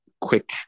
quick